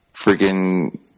freaking